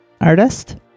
artist